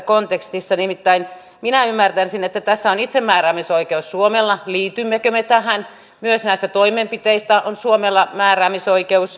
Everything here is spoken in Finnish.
nimittäin minä ymmärtäisin että tässä on itsemääräämisoikeus suomella liitymmekö me tähän myös näihin toimenpiteisiin on suomella määräämisoikeus